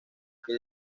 que